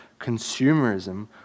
consumerism